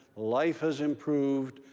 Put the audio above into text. life has improved,